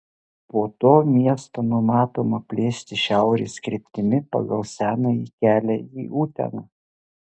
po to miestą numatoma plėsti šiaurės kryptimi pagal senąjį kelią į uteną